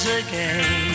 again